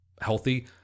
healthy